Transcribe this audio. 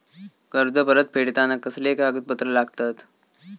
कर्ज परत फेडताना कसले कागदपत्र लागतत?